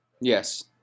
Yes